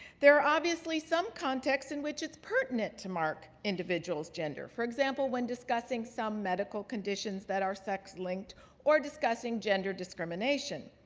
there are obviously some contexts in which it's pertinent to mark individuals' gender, for example, when discussing some medical conditions that are sex linked or discussing gender discrimination.